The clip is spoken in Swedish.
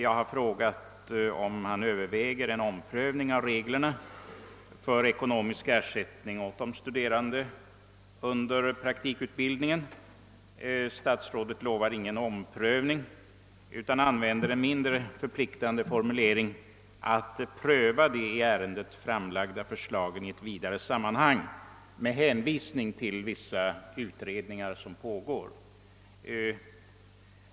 Jag har frågat om man överväger en omprövning av reglerna för ekonomisk ersättning åt de studerande under praktikutbildningen. Statsrådet utlovar ingen omprövning utan använder en mindre förpliktande for mulering — att »pröva de i ärendet framlagda förslagen i ett vidare sammanhang» — med hänvisning till vissa utredningar som pågår.